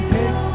Take